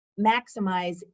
maximize